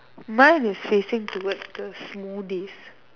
mine is facing towards the smoothie